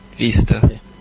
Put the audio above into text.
Vista